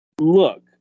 Look